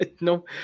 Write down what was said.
no